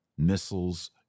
missiles